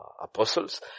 apostles